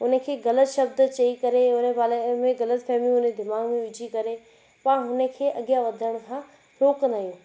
उनखे ग़लति शब्द चई करे उन बारे में ग़लतफ़हमियूं उन दिमाग़ में विझी करे पाण हुन खे अॻिया वधण खां रोकंदा आहियूं